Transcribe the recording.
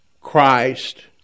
Christ